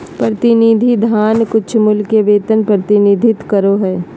प्रतिनिधि धन कुछमूल्य के वेतन प्रतिनिधित्व करो हइ